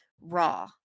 raw